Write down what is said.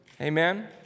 Amen